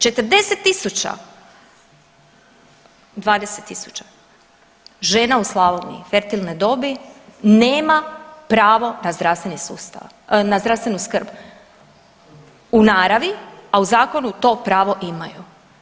40.000, 20.000 žena u Slavoniji fertilne dobi nema pravo na zdravstveni sustav, na zdravstvenu skrb u naravi, a u zakonu to pravo imaju.